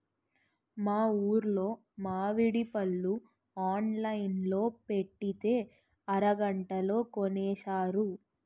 మా ఊరులో మావిడి పళ్ళు ఆన్లైన్ లో పెట్టితే అరగంటలో కొనేశారు